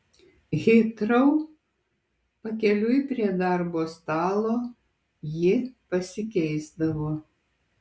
hitrou pakeliui prie darbo stalo ji pasikeisdavo